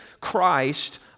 Christ